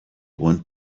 want